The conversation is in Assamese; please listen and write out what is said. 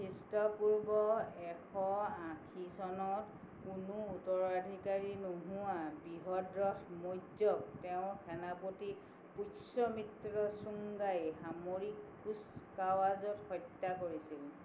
খ্ৰীষ্টপূৰ্ব এশ আশী চনত কোনো উত্তৰাধিকাৰী নোহোৱা বৃহদ্ৰথ মৌৰ্যক তেওঁৰ সেনাপতি পুষ্যমিত্ৰ ছুংগাই সামৰিক কুচকাৱাজত হত্যা কৰিছিলি